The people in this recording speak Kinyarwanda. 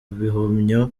bihumyo